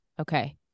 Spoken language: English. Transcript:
Okay